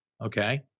Okay